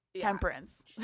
Temperance